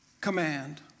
command